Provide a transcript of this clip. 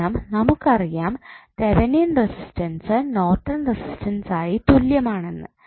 കാരണം നമുക്കറിയാം Thevenin resistance Norton resistance ആയി തുല്യമാണെന്ന്